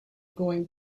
going